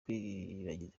kwiragiza